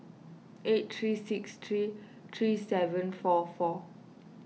eight three six three three seven four four